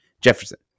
Jefferson